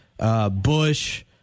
Bush